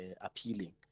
appealing